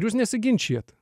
jūs nesiginčijat